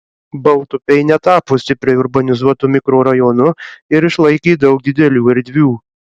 baltupiai netapo stipriai urbanizuotu mikrorajonu ir išlaikė daug didelių erdvių